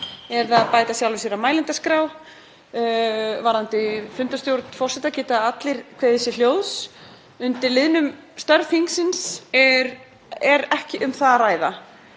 eða bæta sjálfum sér á mælendaskrá. Í fundarstjórn forseta geta allir kveðið sér hljóðs. Undir liðnum um störf þingsins er ekki um það að ræða